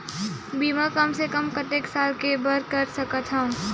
बीमा कम से कम कतेक साल के बर कर सकत हव?